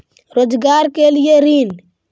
रोजगार के लिए ऋण?